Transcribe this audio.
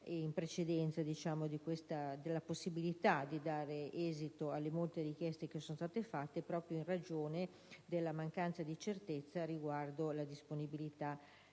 in precedenza della possibilità di dare esito alle molte richieste che sono state fatte proprio in ragione della mancanza di certezza riguardo alla disponibilità